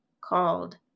called